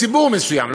מציבור מסוים.